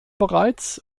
bereits